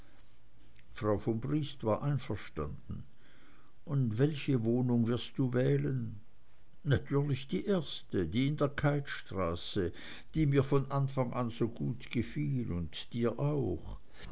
frau von briest war einverstanden und welche wohnung wirst du wählen natürlich die erste die in der keithstraße die mir von anfang an so gut gefiel und dir auch